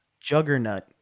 Juggernaut